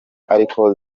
ariko